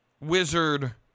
wizard